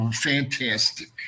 fantastic